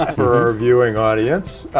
for our viewing audience,